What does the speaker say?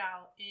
out